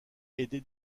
aidé